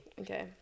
okay